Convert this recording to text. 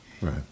Right